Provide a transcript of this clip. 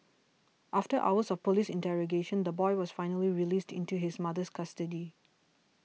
after hours of police interrogation the boy was finally released into his mother's custody